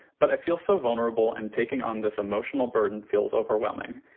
but i feel so vulnerable and taking on this emotional burden feels overwhelming.